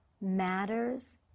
matters